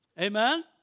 Amen